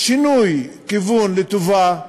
שינוי כיוון לטובה,